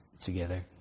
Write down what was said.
together